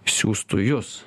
siųstų jus